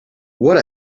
what